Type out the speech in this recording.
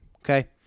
Okay